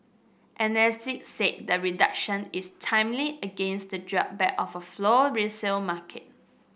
analyst said the reduction is timely against the drawback of a slow resale market